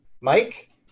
Mike